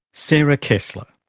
sarah kessler.